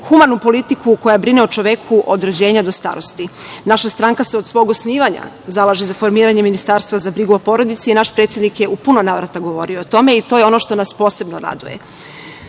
humanu politiku koja brine o čoveku od rođena do starosti. Naša stranka se od svog osnivanja zalaže za formiranje ministarstva za brigu o porodici i naš predsednik je u puno navrata govorio o tome i to je ono što nas posebno raduje. Ono